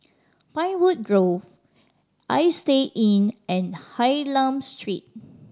Pinewood Grove Istay Inn and Hylam Street